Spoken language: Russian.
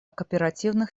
кооперативных